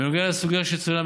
בנוגע לסוגיה שצוינה,